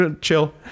chill